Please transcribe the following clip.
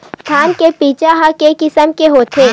धान के बीजा ह के किसम के होथे?